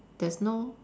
there's no